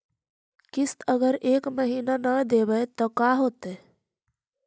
किस्त अगर एक महीना न देबै त का होतै?